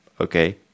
okay